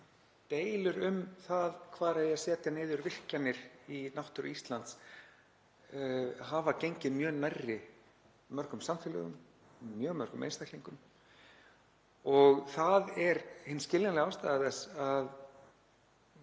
Deilur um það hvar eigi að setja niður virkjanir í náttúru Íslands hafa gengið mjög nærri mörgum samfélögum, mjög mörgum einstaklingum og það er skiljanleg ástæða þess að